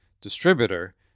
distributor